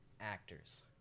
actors